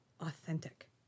authentic